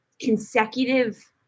consecutive